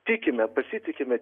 tikime pasitikime